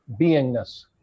beingness